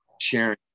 sharing